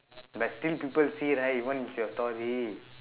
but still people see right when is your story